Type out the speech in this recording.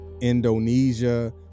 Indonesia